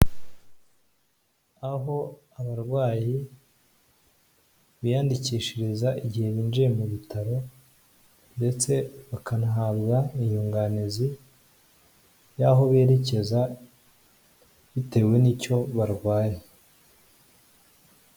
Aho abarwayi biyandikishiriza igihe binjiye mu bitaro ndetse bakanahabwa inyunganizi y'aho berekeza bitewe n'icyo barwaye.